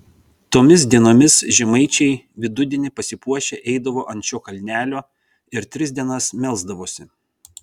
tomis dienomis žemaičiai vidudienį pasipuošę eidavo ant šio kalnelio ir tris dienas melsdavosi